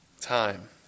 time